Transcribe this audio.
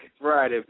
Right